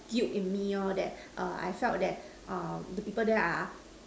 guilt in me lor that err I felt that err the people there are